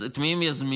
אז את מי הם יזמינו?